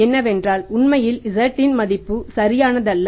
ஏனென்றால் உண்மையில் z இன் மதிப்பு சரியானதல்ல